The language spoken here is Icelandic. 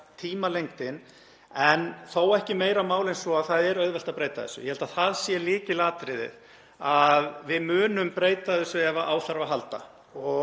tímalengdin, en þó ekki meira máli en svo að það er auðvelt að breyta þessu. Ég held að það sé lykilatriði að við munum breyta þessu ef á þarf að halda